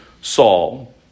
Saul